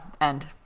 End